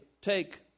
take